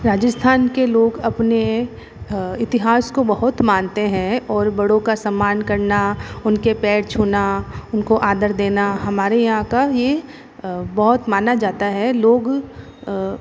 राजस्थान के लोग अपने इतिहास को बहुत मानते हैं और बड़ो का सम्मान करना उनके पैर छूना उनका आदर देना हमारे यहाँ का ये बहुत माना जाता है लोग